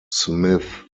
smith